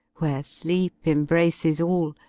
where sleep embraces all.